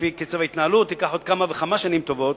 לפי קצב ההתנהלות זה ייקח עוד כמה וכמה שנים טובות,